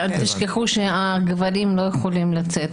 אל תשכחו שהגברים לא יכולים לצאת,